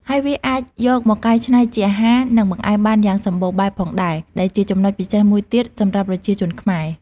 ហើយវាអាចយកមកកែច្នៃជាអាហារ និងបង្អែមបានយ៉ាងសម្បូរបែបផងដែរ ដែលជាចំណុចពិសេសមួយទៀតសម្រាប់ប្រជាជនខ្មែរ។